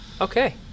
Okay